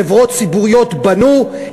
חברות ציבוריות בנו,